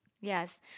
Yes